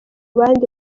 bandi